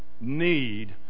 need